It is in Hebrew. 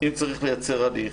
אם צריך לייצר הליך,